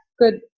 good